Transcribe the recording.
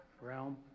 realm